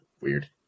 weird